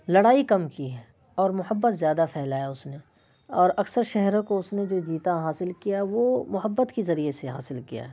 لڑائی کم کی ہے اور محبت زیادہ پھیلایا اس نے اور اکثر شہروں کو اس نے جو جیتا حاصل کیا وہ محبت کے ذریعے سے حاصل کیا